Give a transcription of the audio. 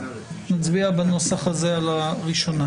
ונצביע בנוסח הזה בקריאה הראשונה.